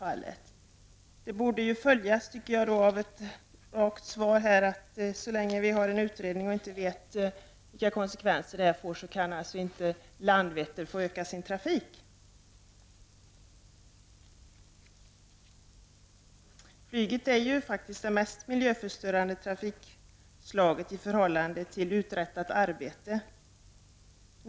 Jag tycker att beskedet om pågående utredning borde följas av ett rakt svar, att så länge utredningen pågår och vi inte vet vilka konsekvenser den får kan inte Landvetter få öka sin trafik. Flyget är ju faktiskt det mest miljöförstörande trafikslaget i förhållande till uträttat arbete.